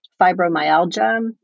fibromyalgia